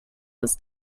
ist